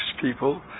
people